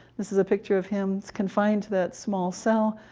this is a picture of him confined to that small cell,